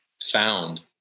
found